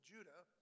Judah